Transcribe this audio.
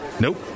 Nope